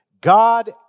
God